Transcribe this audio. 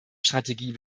strategie